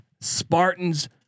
Spartans